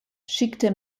schickte